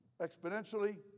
Exponentially